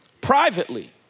privately